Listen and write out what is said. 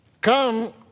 come